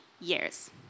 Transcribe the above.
years